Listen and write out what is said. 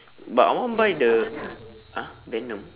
but I want to buy the !huh! venom